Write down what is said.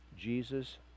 Jesus